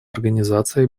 организации